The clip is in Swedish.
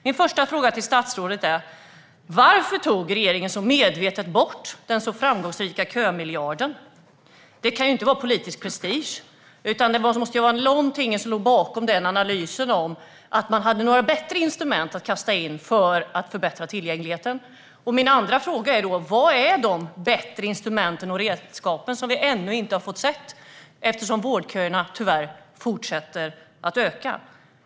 Min första fråga till statsrådet är: Varför tog regeringen medvetet bort den så framgångsrika kömiljarden? Det kan ju inte bero på politisk prestige. Det måste ju vara någonting som låg bakom den analysen - att man hade några bättre instrument att kasta in för att förbättra tillgängligheten. Min andra fråga är: Vilka är dessa bättre instrument och redskap? Vi har ännu inte fått se dem, eftersom vårdköerna tyvärr fortsätter att öka.